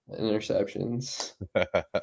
Interceptions